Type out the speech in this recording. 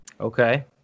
Okay